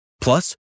Plus